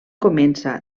comença